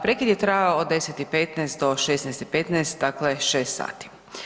Prekid je trajao od 10,15 do 16,15, dakle 6 sati.